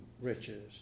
riches